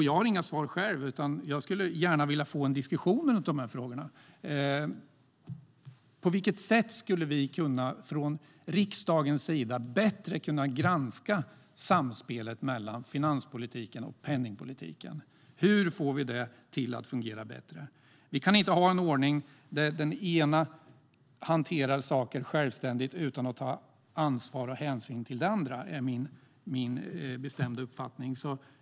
Jag har inga svar själv, men jag vill gärna få en diskussion om dessa frågor. På vilket sätt skulle vi från riksdagens sida bättre kunna granska samspelet mellan finanspolitiken och penningpolitiken och få det att fungera bättre? Vi kan inte ha en ordning där det ena hanterar saker självständigt utan att ta ansvar för och hänsyn till det andra. Det är min bestämda uppfattning.